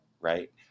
right